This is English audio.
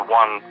one